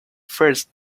first